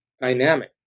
dynamic